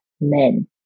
men